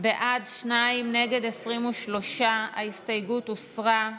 בעד, שניים, נגד, 23. ההסתייגות הוסרה.